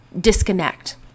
disconnect